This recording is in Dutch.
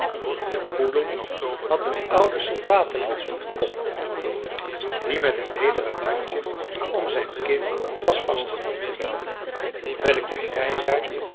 de poedel had een oude soldatenmuts op den kop die met een lederen bandje om zijn kin was vastgebonden terwijl ik den grijsaard